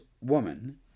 woman